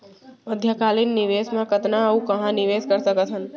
मध्यकालीन निवेश म कतना अऊ कहाँ निवेश कर सकत हन?